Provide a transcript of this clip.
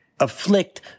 afflict